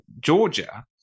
Georgia